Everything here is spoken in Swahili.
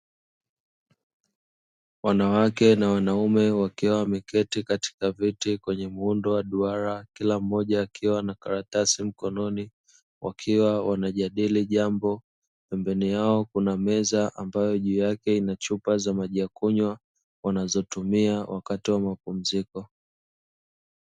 Wanawake na wanaume wakiwa wameketi katika viti kwenye muundo wa duara kila mmoja akiwa na karatasi mkononi wakiwa wanajadili jambo, pembeni yao kuna meza ambazo juu yake ina chupa ya maji ya kunywa ambazo wanatumia wakati wa mapumziko.